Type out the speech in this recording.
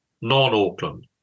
non-Auckland